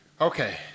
Okay